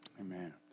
Amen